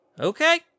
Okay